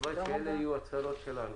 הלוואי שאלה יהיו הצרות שלנו.